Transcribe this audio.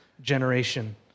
generation